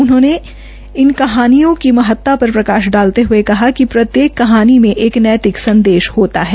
उन्होंने कहा कि इन कहानियों की महत्ता पर प्रकाश डालते हये कहा कि प्रत्येक कहानी में एक नैतिक संदेश होता है